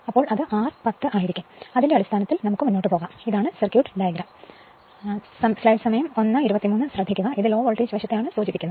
അപ്പോൾ അതിന്റെ അടിസ്ഥാനത്തിൽ നമുക്ക് മുന്നോട്ടു പോകാം അതിനാൽ ഇതാണ് സർക്യൂട്ട് ഡയഗ്രം ഇത് ലോ വോൾട്ടേജ് വശത്തെയാണ് സൂചിപ്പിക്കുന്നത്